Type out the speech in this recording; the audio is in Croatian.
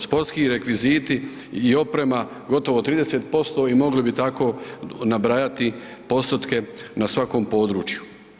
Sportski rekviziti i oprema gotovo 30% i mogli bi tako nabrajati postotke na svakom području.